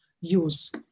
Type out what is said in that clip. use